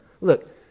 Look